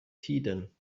tiden